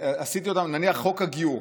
נניח חוק הגיור.